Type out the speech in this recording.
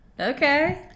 Okay